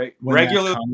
regular